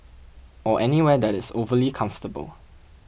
or anywhere that is overly comfortable